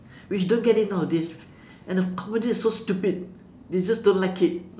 which don't get it nowadays and the comedy is so stupid you just don't like it